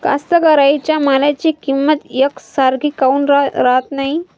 कास्तकाराइच्या मालाची किंमत यकसारखी काऊन राहत नाई?